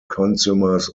consumers